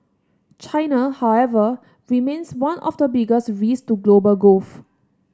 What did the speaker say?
China however remains one of the biggest risk to global growth